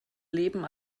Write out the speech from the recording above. leben